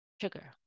sugar